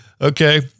Okay